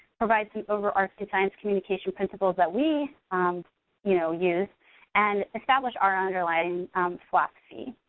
provide some overarching science communication principles that we um you know use and establish our underlying philosophy.